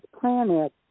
planet